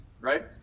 right